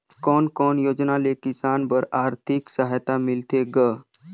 कोन कोन योजना ले किसान बर आरथिक सहायता मिलथे ग?